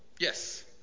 yes